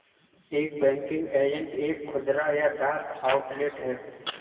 एक banking agent एक खुदरा या डाक आउटलेट है